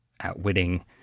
outwitting